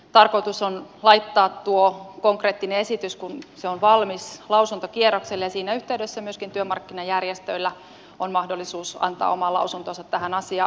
tarkoitus on laittaa tuo konkreettinen esitys kun se on valmis lausuntokierrokselle ja siinä yhteydessä myöskin työmarkkinajärjestöillä on mahdollisuus antaa oma lausuntonsa tähän asiaan